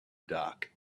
dark